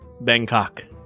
Bangkok